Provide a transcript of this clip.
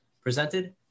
presented